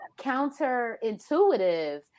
counterintuitive